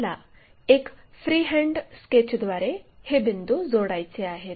आपल्याला एक फ्रीहँड स्केचद्वारे हे बिंदू जोडायचे आहेत